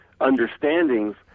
understandings